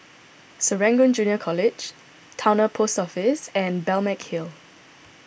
Serangoon Junior College Towner Post Office and Balmeg Hill